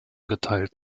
geteilt